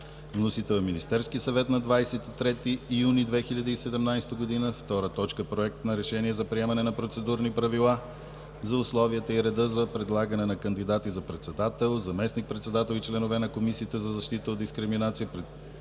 Вносител е Министерският съвет на 23 юни 2017 г. 2. Проект на решение за приемане на Процедурни правила за условията и реда за предлагане на кандидати за председател, заместник-председател и членове на Комисията за защита от дискриминация, представянето